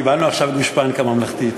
קיבלנו עכשיו גושפנקה ממלכתית.